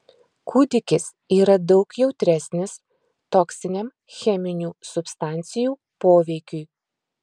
kūdikis yra daug jautresnis toksiniam cheminių substancijų poveikiui